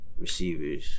Receivers